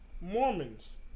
Mormons